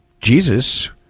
Jesus